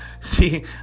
See